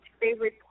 favorite